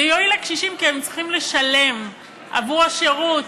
זה יועיל לקשישים כי הם צריכים לשלם עבור השירות.